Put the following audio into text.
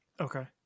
Okay